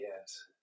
Yes